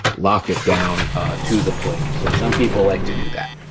lock it down to the plate. so some people like to do that.